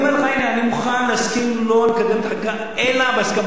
אני מוכן להסכים שלא לקדם את החקיקה אלא בהסכמת האוצר.